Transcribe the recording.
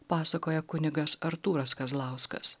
pasakoja kunigas artūras kazlauskas